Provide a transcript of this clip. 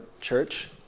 church